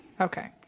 Okay